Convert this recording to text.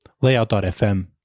layout.fm